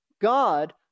God